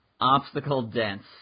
obstacle-dense